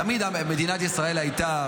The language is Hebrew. תמיד מדינת ישראל הייתה,